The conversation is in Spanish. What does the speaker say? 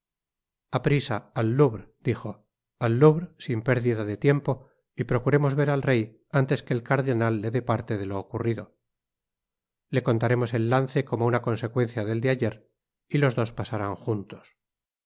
aprisa al louvre dijo al louvre sin pérdida de tiempo v y procuremos ver al rey antes que el cardenal le dé parte de lo ocurrido le contaremos el lance como una consecuencia del de ayer y los dos pasarán juntos